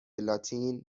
لاتین